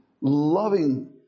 loving